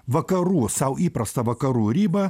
vakarų sau įprastą vakarų ribą